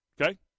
okay